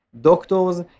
Doctors